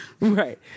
right